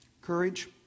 Courage